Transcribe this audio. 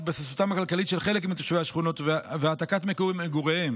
התבססותם הכלכלית של חלק מתושבי השכונות והעתקת מגוריהם